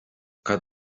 cad